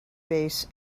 base